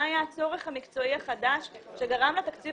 מה היה הצורך המקצועי החדש שגרם לתקציב